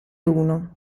uno